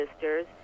sisters